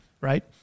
Right